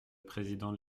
président